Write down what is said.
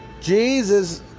Jesus